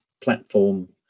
platform